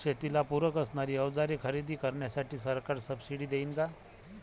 शेतीला पूरक असणारी अवजारे खरेदी करण्यासाठी सरकार सब्सिडी देईन का?